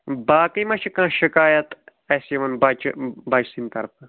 باقٕے ما چھِ کانٛہہ شِکایَت اَسہِ یِوان بَچہِ بَچہِ سٕنٛدۍ طرفہٕ